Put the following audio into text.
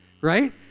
right